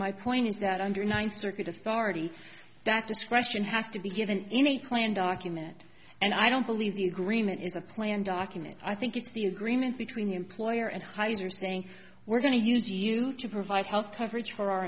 my point is that under ninth circuit authority that discretion has to be given in a clean document and i don't believe the agreement is a plan document i think it's the agreement between the employer and heizer saying we're going to use you to provide health coverage for our